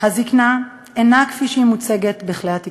הזיקנה אינה כפי שהיא מוצגת בכלי התקשורת.